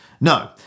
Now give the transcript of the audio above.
No